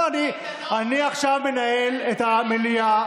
אני עכשיו מנהל את המליאה.